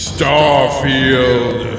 Starfield